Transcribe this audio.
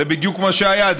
זה בדיוק מה שהיה,